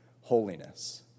holiness